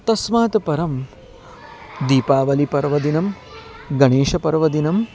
तस्मात् परं दीपावलिपर्वदिनं गणेशपर्वदिनं